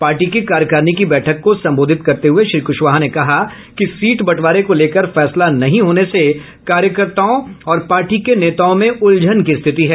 party की कार्यकारिणी की बैठक को संबोधित करते हुए श्री कुशवाहा ने कहा कि सीट बंटवारे को लेकर फैसला नहीं होने से कार्यकर्ताओं और पार्टी के नेताओं में उलझन की स्थिति है